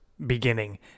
beginning